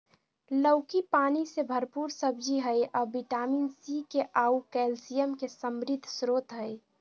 लौकी पानी से भरपूर सब्जी हइ अ विटामिन सी, के आऊ कैल्शियम के समृद्ध स्रोत हइ